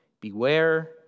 Beware